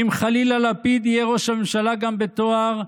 אם חלילה לפיד יהיה ראש הממשלה גם בתואר,